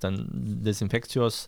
ten dezinfekcijos